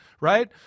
right